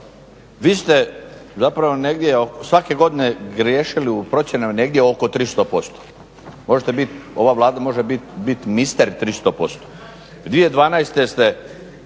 vi ste zapravo negdje, svake godine griješili u procjenama negdje oko 300%. Možete biti, ova Vlada može biti mister 300%. 2012. ste